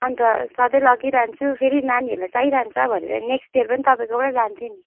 अन्त सधैँ लगिरहन्छु फेरि नानीहरूलाई चाहिरहन्छ भनेर पनि नेक्स्ट इयर पनि तपाईँकोबाट नै लाने थिएँ नि